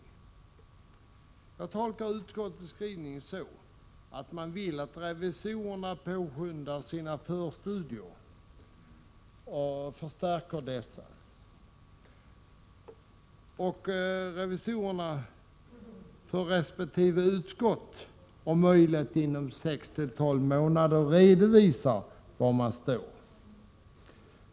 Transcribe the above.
Jag 18 maj 1988 tolkar utskottets skrivning som att man vill att revisorerna påskyndar sina förstudier och förstärker dessa och att revisorerna för resp. utskott om möjligt inom 6—12 månader redovisar var de står.